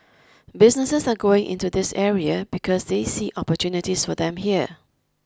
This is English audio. businesses are going into this area because they see opportunities for them here